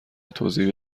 توضیح